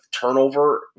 turnover